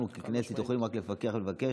אנחנו בכנסת יכולים רק לפקח ולבקש,